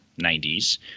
90s